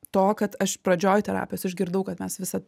to kad aš pradžioj terapijos išgirdau kad mes visad